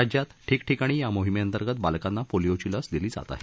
राज्यातही ठिकठिकाणी या मोहीमेअंतर्गत बालकांना पोलीओची लस दिली जात आहे